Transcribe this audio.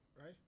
right